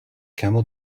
camel